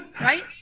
right